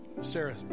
Sarah